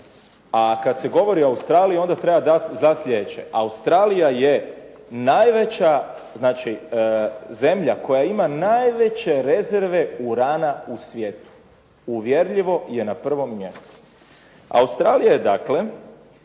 a kada se govori o Australiji onda treba znati sljedeće. Australija je najveća zemlja koja ima najveće rezerve urana u svijetu. Uvjerljivo je na prvom mjestu. Australija je dakle